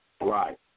Right